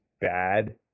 bad